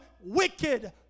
wicked